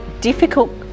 difficult